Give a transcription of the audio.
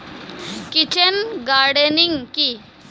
Kitchen gardening কি?